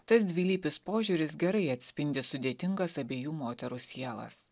tas dvilypis požiūris gerai atspindi sudėtingas abiejų moterų sielas